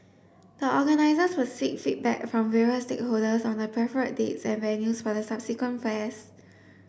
the organisers will seek feedback from various stakeholders on the preferred dates and venues for the subsequent fairs